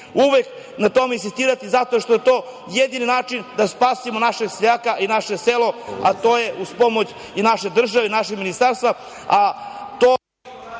uvek ću na tome insistirati, zato što je to jedini način da spasimo našeg seljaka i naše selo, a to je moguće uz pomoć naše države i našeg ministarstva…